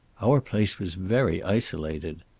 our place was very isolated.